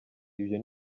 ibyo